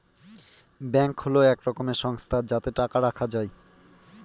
bank হল এক রকমের সংস্থা যাতে টাকা রাখা যায়